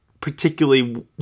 particularly